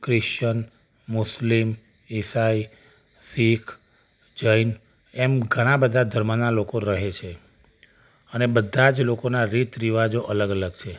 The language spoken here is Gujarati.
ક્રિશ્ચન મુસ્લિમ ઈસાઈ શીખ જૈન એમ ઘણાં બધા ધર્મનાં લોકો રહે છે અને બધા જ લોકોના રીત રીવાજો અલગ અલગ છે